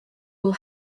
will